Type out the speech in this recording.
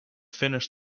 finished